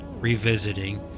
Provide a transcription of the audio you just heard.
revisiting